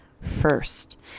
first